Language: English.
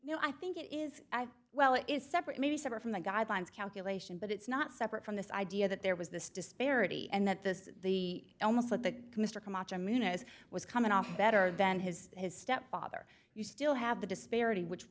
know i think it is well it is separate maybe separate from the guidelines calculation but it's not separate from the idea that there was this disparity and that this the almost thought that mr camacho i mean as was coming off better than his his stepfather you still have the disparity which